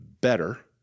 better